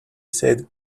said